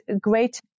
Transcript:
great